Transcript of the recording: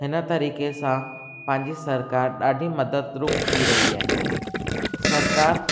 हिन तरीक़े सां पंहिंजी सरकार ॾाढी मदद रूप थी रही आहे सरकार